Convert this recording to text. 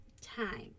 time